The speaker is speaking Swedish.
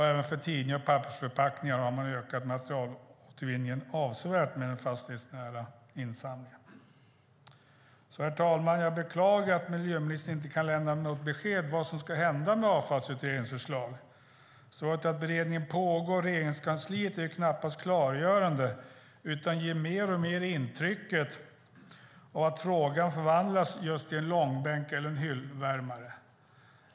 Även för tidningar och pappersförpackningar har man ökat materialåtervinningen avsevärt med den fastighetsnära insamlingen. Herr talman! Jag beklagar att miljöministern inte kan lämna något besked om vad som ska hända med Avfallsutredningens förslag. Att beredningen pågår i Regeringskansliet är knappast klargörande utan ger mer ett intryck av att frågan förvandlas till just en långbänk eller hyllvärmare.